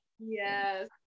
Yes